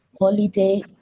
holiday